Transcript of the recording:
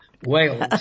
Wales